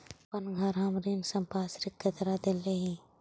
अपन घर हम ऋण संपार्श्विक के तरह देले ही